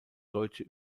deutsche